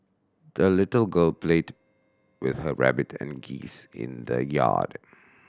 the little girl played with her rabbit and geese in the yard